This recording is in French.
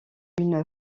une